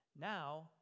now